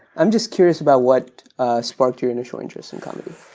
i'm just curious about what sparked your initial interest in comedy.